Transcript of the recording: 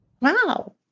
wow